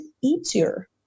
easier